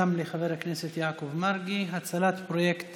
גם של חבר הכנסת יעקב מרגי: הצלת פרויקט